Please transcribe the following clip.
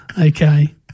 Okay